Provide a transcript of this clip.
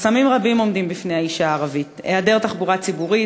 חסמים רבים עומדים בפני האישה הערבייה: היעדר תחבורה ציבורית,